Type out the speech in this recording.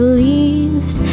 leaves